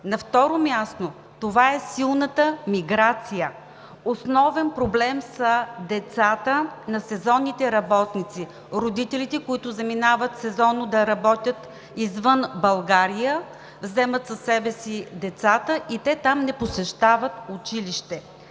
На второ място, това е силната миграция. Основен проблем са децата на сезонните работници. Родителите, които заминават сезонно да работят извън България, вземат със себе си децата и те там не посещават училище.